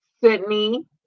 Sydney